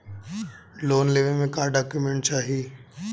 Loan लेवे मे का डॉक्यूमेंट चाही?